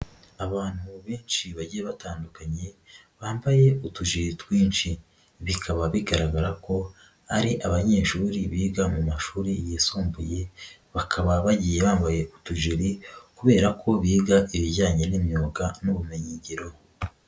Abantu benshi bagiye batandukanye, bambaye utujiri twinshi, bikaba bigaragara ko ari abanyeshuri biga mu mashuri yisumbuye, bakaba bagiye bambaye utujiri kubera ko biga ibijyanye n'imyuga n'ubumenyingiro.